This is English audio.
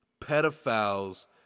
pedophiles